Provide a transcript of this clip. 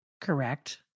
Correct